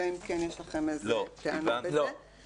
אלא אם כן יש לכם איזה טענה לגבי זה.